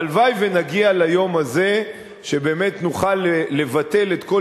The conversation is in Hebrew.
הלוואי שנגיע ליום הזה שבאמת נוכל לבטל את כל